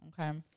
okay